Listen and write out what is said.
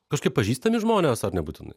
kažkaip pažįstami žmonės ar nebūtinai